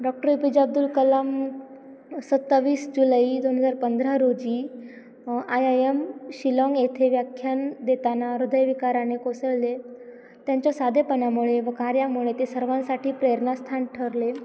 doctor A P J Abdul Kalam सत्तावीस जुलै दोन हजार पंधरा रोजी आय आय यम शिलाँग येथे व्याख्यान देताना हृदय विकाराने कोसळले त्यांच्या साधेपणामुळे व कार्यामुळे ते सर्वांसाठी प्रेरणा स्थान ठरले